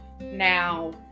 Now